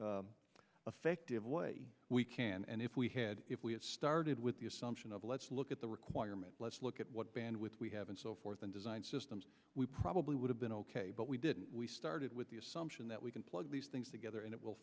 effective way we can and if we had if we had started with the assumption of let's look at the requirement let's look at what bandwidth we have and so forth and design systems we probably would have been ok but we didn't we started with the assumption that we can plug these things together and it will